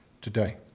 today